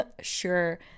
Sure